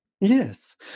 Yes